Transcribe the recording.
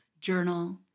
journal